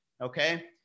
okay